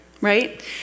Right